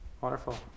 Wonderful